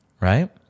Right